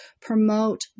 promote